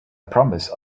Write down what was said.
promise